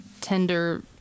tender